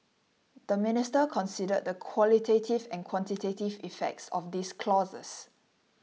the Minister considered the qualitative and quantitative effects of these clauses